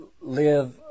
live